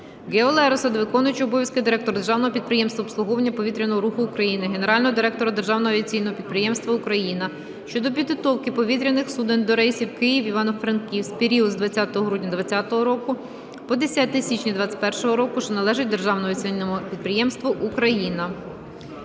Гео Лероса до виконуючого обов'язки директора Державного підприємства обслуговування повітряного руху України, генерального директора Державного авіаційного підприємства "Україна" щодо підготовки повітряних суден до рейсів Київ - Івано-Франківськ в період з 20 грудня 2020 року по 10 січня 2021 року, що належать Державному авіаційному підприємству "Україна".